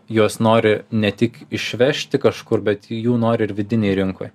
juos nori ne tik išvežti kažkur bet jų nori ir vidinėj rinkoj